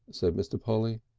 said mr. polly.